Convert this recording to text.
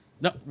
No